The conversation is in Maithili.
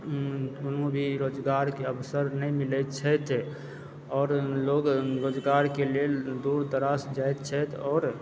कोनो भी रोजगारके अवसर नहि मिलए छथि आओर लोग रोजगारके लेल दूर दराज जाएत छथि आओर